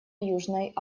южной